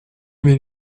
mes